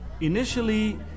Initially